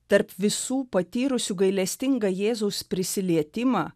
tarp visų patyrusių gailestingą jėzaus prisilietimą